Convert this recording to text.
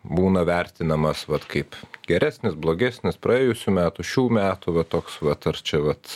būna vertinamas vat kaip geresnis blogesnis praėjusių metų šių metų va toks vat ar čia vat